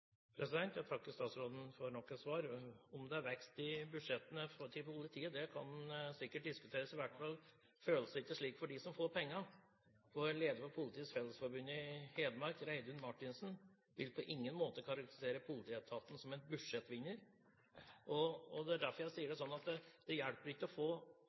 Jeg takker statsråden for nok et svar. Om det er vekst i budsjettene til politiet, kan sikkert diskuteres – i hvert fall føles det ikke slik for dem som får pengene, for leder for Politiets Fellesforbund i Hedmark, Reidun Martinsen, «vil på ingen måte karakterisere politietaten som en budsjettvinner». Det er derfor jeg sier at det hjelper ikke å få